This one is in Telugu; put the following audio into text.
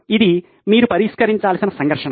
ఇది మీరు పరిష్కరించాల్సిన సంఘర్షణ